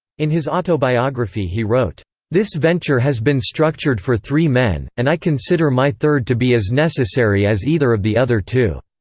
in his autobiography he wrote this venture has been structured for three men, and i consider my third to be as necessary as either of the other two.